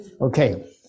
Okay